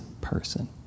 person